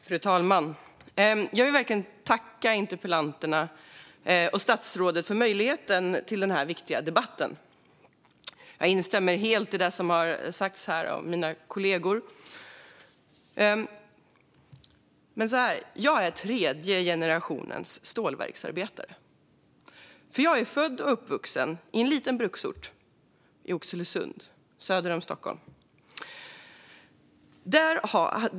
Fru talman! Jag vill verkligen tacka interpellanterna och statsrådet för möjligheten till denna viktiga debatt. Jag instämmer helt i det som har sagts här av mina kollegor. Jag är tredje generationens stålverksarbetare. Jag är född och uppvuxen i en liten bruksort, Oxelösund, söder om Stockholm.